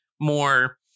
more